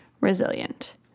resilient